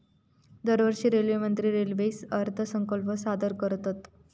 दरवर्षी रेल्वेमंत्री रेल्वे अर्थसंकल्प सादर करतत